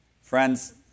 Friends